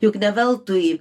juk ne veltui